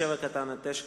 (7) (9),